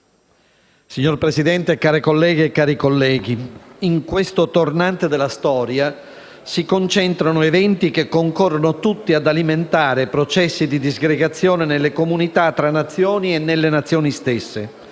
Signor Presidente, care colleghe e cari colleghi, in questo tornante della storia si concentrano eventi che concorrono tutti ad alimentare processi di disgregazione nelle comunità tra nazioni e nelle nazioni stesse.